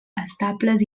estables